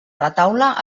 retaule